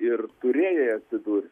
ir turėjai atsidurt